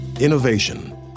Innovation